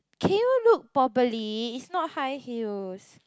can you look properly is not high heels